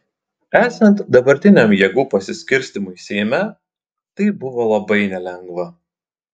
esant dabartiniam jėgų pasiskirstymui seime tai buvo labai nelengva